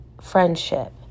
friendship